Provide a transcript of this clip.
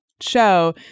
Show